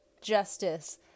justice